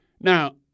Now